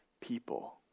people